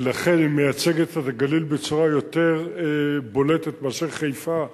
ולכן היא מייצגת את הגליל בצורה יותר בולטת מאשר חיפה,